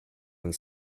and